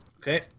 Okay